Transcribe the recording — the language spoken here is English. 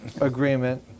agreement